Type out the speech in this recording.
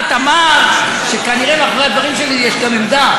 אמרת שכנראה מאחורי הדברים שלי יש גם עמדה,